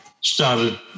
started